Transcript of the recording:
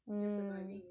mm